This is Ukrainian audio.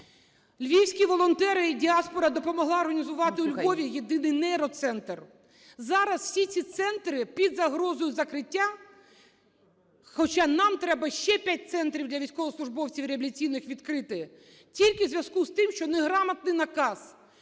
Львівські волонтери і діаспора допомогла організувати у Львові єдиний нейроцентр. Зараз всі ці центри під загрозою закриття. Хоча нам треба ще п'ять центрів для військовослужбовців реабілітаційних відкрити. Тільки в зв'язку з тим, що неграмотний наказ.